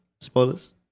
Spoilers